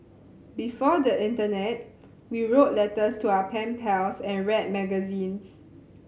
before the internet we wrote letters to our pen pals and read magazines